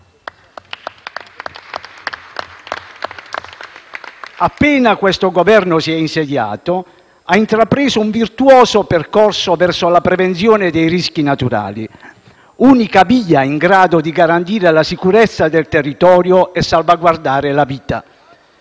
questo Governo ha intrapreso un virtuoso percorso verso la prevenzione dei rischi naturali, unica via in grado di garantire la sicurezza del territorio e salvaguardare la vita.